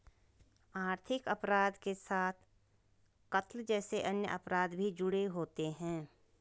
आर्थिक अपराध के साथ साथ कत्ल जैसे अन्य अपराध भी जुड़े होते हैं